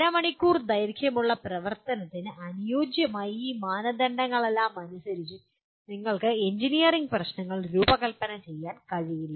അര മണിക്കൂർ ദൈർഘ്യമുള്ള പ്രവർത്തനത്തിന് അനുയോജ്യമായി ഈ മാനദണ്ഡങ്ങളെല്ലാം ശ്രദ്ധിച്ച് നിങ്ങൾക്ക് എഞ്ചിനീയറിംഗ് പ്രശ്നങ്ങൾ രൂപകൽപ്പന ചെയ്യാൻ കഴിയില്ല